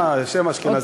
מה, שם אשכנזי?